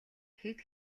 хэд